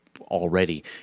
already